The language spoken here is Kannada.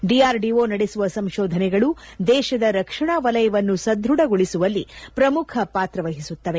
ಡಿಆರ್ಡಿಒ ನಡೆಸುವ ಸಂತೋಧನೆಗಳು ದೇಶದ ರಕ್ಷಣಾ ವಲಯವನ್ನು ಸದೃಢಗೊಳಿಸುವಲ್ಲಿ ಪ್ರಮುಖ ಪಾತ್ರ ವಹಿಸುತ್ತವೆ